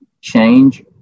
change